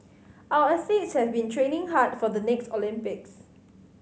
our athletes have been training hard for the next Olympics